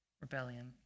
rebellion